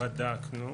בדקנו,